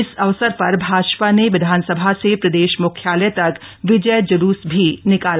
इस अवसर पर भाजपा ने विधानसभा से प्रदेश म्ख्यालय तक विजय ज्लूस भी निकाला